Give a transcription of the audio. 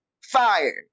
fire